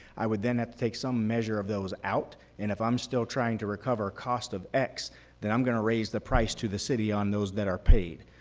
i would then have to take some measure of those out and if i'm still trying to recover cost of x then i'm going to raise the price to the city on those that are paid.